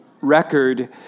record